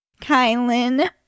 Kylan